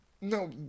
No